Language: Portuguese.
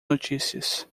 notícias